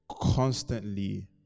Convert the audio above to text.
constantly